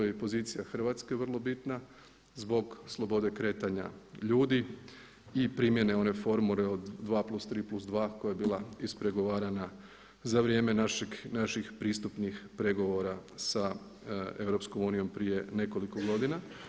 Tu je i pozicija Hrvatske vrlo bitna zbog slobode kretanja ljudi i primjene one formule od 2+3+2 koja je bila ispregovarana za vrijeme naših pristupnih pregovora sa EU prije nekoliko godina.